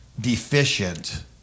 deficient